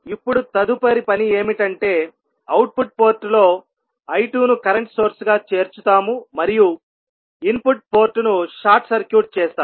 ఇప్పుడు తదుపరి పని ఏమిటంటే అవుట్పుట్ పోర్టులో I2 ను కరెంట్ సోర్స్ గా చేర్చుతాము మరియు ఇన్పుట్ పోర్ట్ ను షార్ట్ సర్క్యూట్ చేస్తాము